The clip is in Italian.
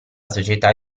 società